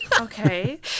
Okay